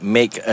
Make